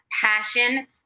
passion